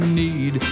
need